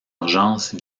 urgence